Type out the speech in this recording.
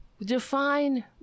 Define